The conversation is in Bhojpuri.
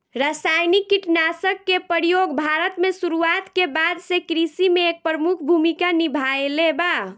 रासायनिक कीटनाशक के प्रयोग भारत में शुरुआत के बाद से कृषि में एक प्रमुख भूमिका निभाइले बा